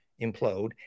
implode